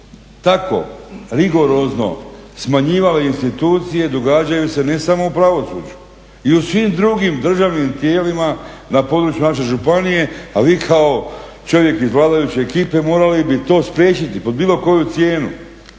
tako rigorozno smanjivale institucije događaju se ne samo u pravosuđu i u svim drugim državnim tijelima na području naše županije, a vi kao čovjek iz vladajuće ekipe morali bi to spriječiti pod bilo koju cijenu,